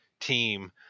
team